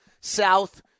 south